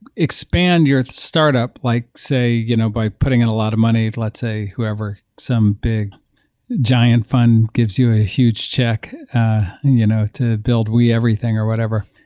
expand your startup, like say you know by putting in a lot of money, let's say whoever, some big giant fund gives you a huge check you know to build we everything or whatever,